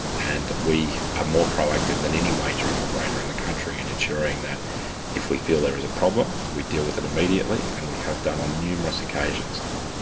and we are more proactive than any wagering operator in the country in ensuring that if we feel there is a problem we deal with it immediately, and we have done on numerous occasions.